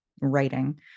writing